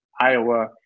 Iowa